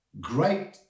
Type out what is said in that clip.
great